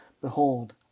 Behold